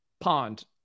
pond